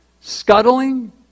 scuttling